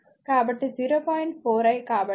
4 I కాబట్టి ఇది 0